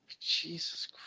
Jesus